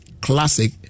Classic